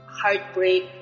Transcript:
heartbreak